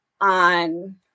on